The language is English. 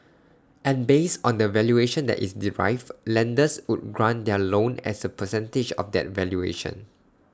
and based on the valuation that is derived lenders would grant their loan as A percentage of that valuation